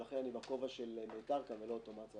ולכן אני בכובע של "מיתר" כאן ולא אוטומציה.